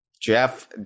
Jeff